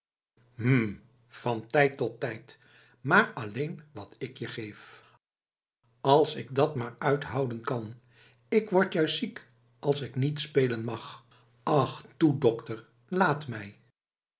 hm van tijd tot tijd maar alleen wat ik je geef als ik dat maar uithouden kan ik word juist ziek als ik niet spelen mag och toe dokter laat mij